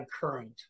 current